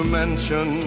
mention